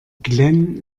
glenn